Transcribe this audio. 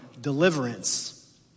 deliverance